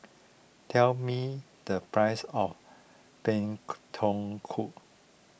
tell me the price of Pak Thong Ko